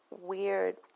weird